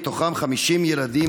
ובהם 50 ילדים,